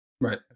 right